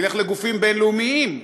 נלך לגופים בין-לאומיים.